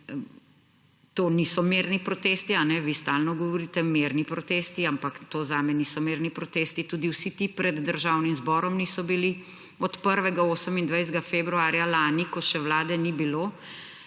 to niso mirni protesti, vi stalno govorite mirni protesti, ampak to zame niso mirni protesti. Tudi vsi ti pred Državnim zborom niso bili, od prvega 28. februarja lani, ko še vlade ni bilo,